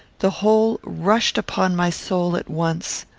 the whole rushed upon my soul at once.